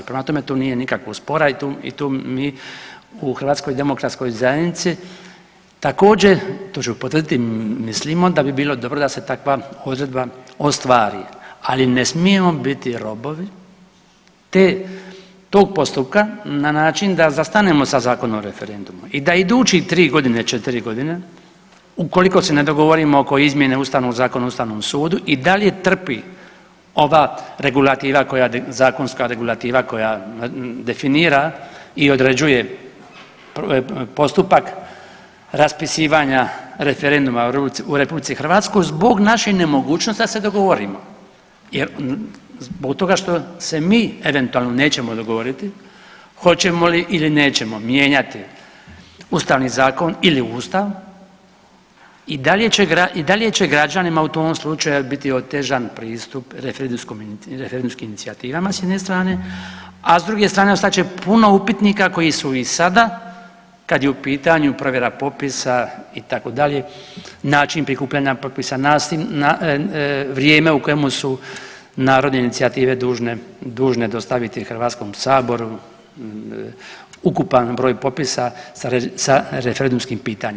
Prema tome tu nije nikakvog spora i tu mi u HDZ-u također, to ću potvrditi mislimo da bi bilo dobro da se takva odredba ostvari, ali ne smijemo biti robovi te, tog postupka na način da zastanemo sa Zakonom o referendumu i da idućih 3 godine, 4 godine ukoliko se ne dogovorim oko izmjene Ustavnog zakona o Ustavnom sudu i dalje trpi ova regulativa koja, zakonska regulativa koja definira i određuje postupak raspisivanja referenduma u RH zbog naše nemogućnosti da se dogovorimo jer zbog toga što se mi eventualno nećemo dogovoriti hoćemo li ili nećemo mijenjati Ustavni zakon ili Ustav i dalje će građanima u tom slučaju biti otežan pristup referendumskim inicijativama s jedne strane, a s druge strane ostat će puno upitnika koji su i sada kad je u pitanju provjera popisa itd., način prikupljanja potpisa, vrijeme u kojemu su narodne inicijative dužne, dužne dostaviti Hrvatskom saboru ukupan broj popisa sa referendumskim pitanjem.